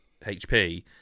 HP